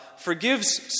forgives